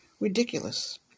ridiculous